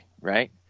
right